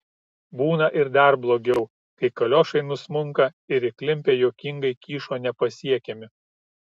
būna ir dar blogiau kai kaliošai nusmunka ir įklimpę juokingai kyšo nepasiekiami